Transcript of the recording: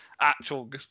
actual